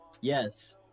Yes